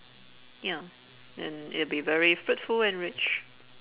ya and it'll be very fruitful and rich